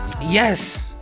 Yes